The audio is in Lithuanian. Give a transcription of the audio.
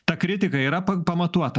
ta kritika yra pamatuota